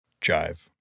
jive